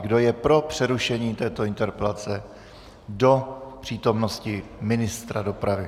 Kdo je pro přerušení této interpelace do přítomnosti ministra dopravy?